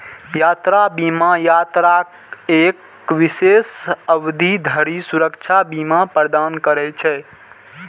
यात्रा बीमा यात्राक एक विशेष अवधि धरि सुरक्षा बीमा प्रदान करै छै